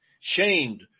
Shamed